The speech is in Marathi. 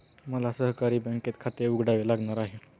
मला सहकारी बँकेत खाते उघडावे लागणार आहे